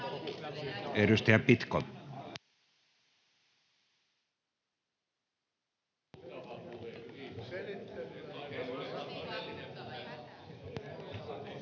Edustaja Pitko.